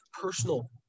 personal